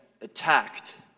attacked